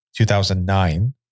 2009